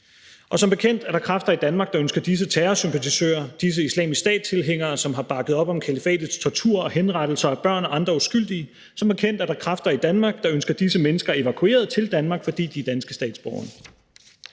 Som bekendt er der kræfter i Danmark, der ønsker disse terrorsympatisører, disse Islamisk Stat-tilhængere, som har bakket op om kalifatets tortur og henrettelser af børn og andre uskyldige, evakueret til Danmark, fordi de er danske statsborgere.